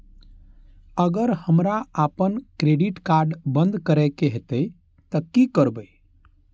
अगर हमरा आपन क्रेडिट कार्ड बंद करै के हेतै त की करबै?